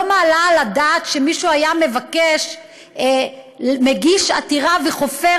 לא מעלה על הדעת שמישהו היה מגיש עתירה וחופר